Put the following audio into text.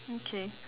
okay